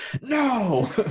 No